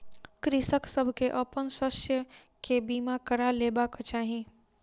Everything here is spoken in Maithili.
कृषक सभ के अपन शस्य के बीमा करा लेबाक चाही